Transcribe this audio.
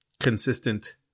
Consistent